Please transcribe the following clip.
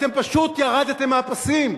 אתם פשוט ירדתם מהפסים.